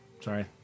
Sorry